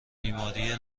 بیماری